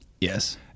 Yes